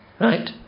Right